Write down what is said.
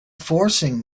forcing